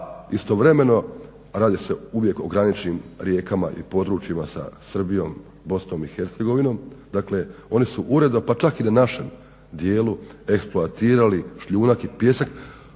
istovremeno radi se uvijek o graničnim rijekama i područjima sa Srbijom, BiH, dakle oni su uredno pa čak i na našem dijelu eksploatirali šljunak i pijesak